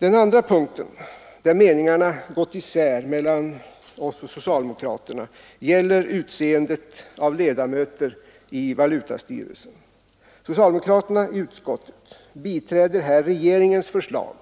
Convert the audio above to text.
Den andra punkt där meningarna gått isär mellan oss och socialdemokraterna gäller utseendet av ledamöter i valutastyrelsen. Socialdemokraterna i utskottet biträder regeringens förslag